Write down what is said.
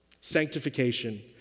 Sanctification